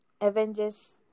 Avengers